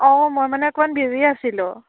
অঁ মই মানে অকণমান বিজি আছিলোঁ